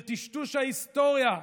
של טשטוש ההיסטוריה,